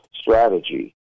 strategy